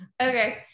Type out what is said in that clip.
Okay